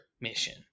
mission